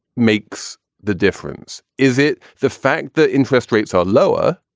makes the difference. is it the fact that interest rates are lower?